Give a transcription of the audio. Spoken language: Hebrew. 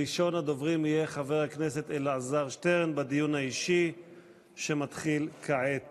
ראשון הדוברים בדיון האישי שמתחיל כעת